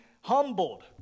humbled